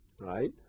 Right